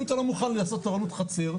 אם אתה לא מוכן לעשות תורנות חצר,